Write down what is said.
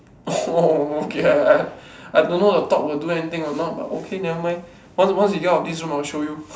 orh okay ah I I I don't know the talk will do anything or not but okay never mind once once we get out of this room I show you